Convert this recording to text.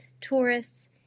tourists